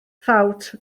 ffawt